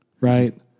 right